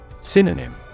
Synonym